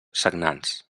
sagnants